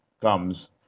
comes